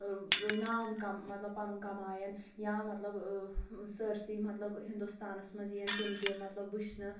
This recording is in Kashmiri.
نام کَم مطلب پَنُن کَماون یا مطلب سٲرسٕے مطلب ہِندُستانَس منٛز یِن تِم تہِ مطلب وٕچھنہٕ